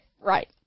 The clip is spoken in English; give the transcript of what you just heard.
right